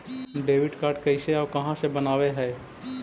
Debit card कैसे और कहां से बनाबे है?